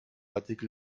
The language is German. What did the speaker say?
artikel